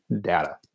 data